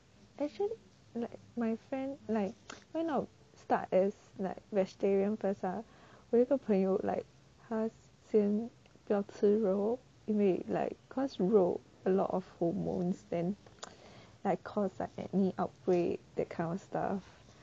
actually my friend like kind of start as like vegetarian first ah 我有一个朋友 like 他先不要吃肉因为 like cause 肉 a lot of hormones and like cause like acne outbreak that kind of stuff